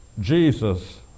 Jesus